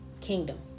kingdom